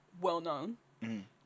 well-known